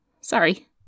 sorry